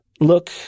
look